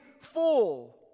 full